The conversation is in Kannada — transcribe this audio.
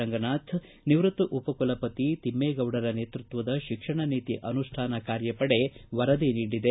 ರಂಗನಾಥ ನಿವೃತ್ತ ಉಪಕುಲಪತಿ ತಿಮ್ಮೇಗೌಡರ ನೇತೃತ್ವದ ಶಿಕ್ಷಣ ನೀತಿ ಅನುಷ್ಠಾನ ಕಾರ್ಯಪಡೆ ವರದಿ ನೀಡಿದೆ